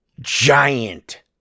giant